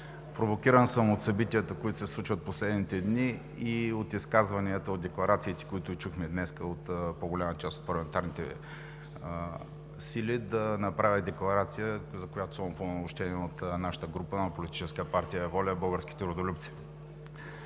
Провокиран съм от събитията, които се случват в последните дни, и от изказванията, от декларациите, които чухме днес от по-голямата част от парламентарните сили, да направя декларация, за която съм упълномощен от нашата група на Политическа партия „ВОЛЯ – Българските Родолюбци“.